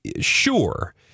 sure